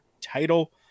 title